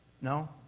No